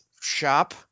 shop